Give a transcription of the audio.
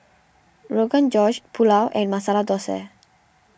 Rogan Josh Pulao and Masala Dosa